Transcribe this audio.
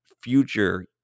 future